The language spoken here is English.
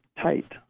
tight